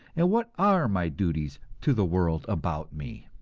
and what are my duties to the world about me?